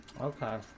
Okay